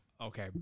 Okay